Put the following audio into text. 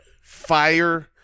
fire